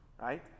right